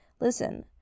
Listen